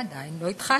עדיין לא התחלתי.